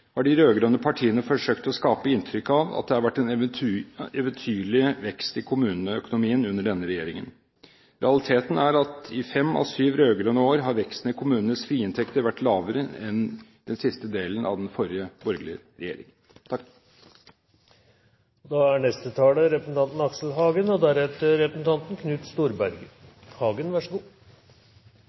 har de rød-grønne partiene forsøkt å skape inntrykk av at det har vært en eventyrlig vekst i kommuneøkonomien under denne regjeringen. Realiteten er at i fem av syv rød-grønne år har veksten i kommunenes frie inntekter vært lavere enn under den siste delen med den forrige borgerlige